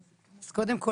אז קודם כל,